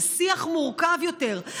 זה שיח מורכב יותר.